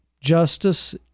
justice